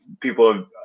people